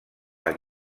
les